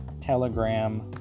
Telegram